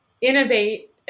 innovate